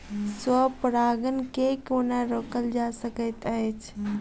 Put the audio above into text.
स्व परागण केँ कोना रोकल जा सकैत अछि?